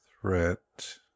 threat